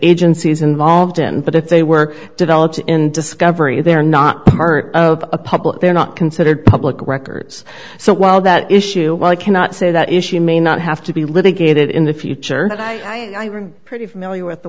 agencies involved in but if they were developed in discovery they're not part of a public they're not considered public records so while that issue while i cannot say that issue may not have to be litigated in the future and i pretty familiar with the